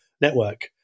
network